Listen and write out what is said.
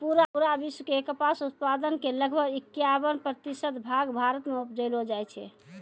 पूरा विश्व के कपास उत्पादन के लगभग इक्यावन प्रतिशत भाग भारत मॅ उपजैलो जाय छै